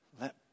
Let